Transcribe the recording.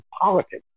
politics